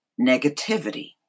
negativity